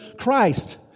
Christ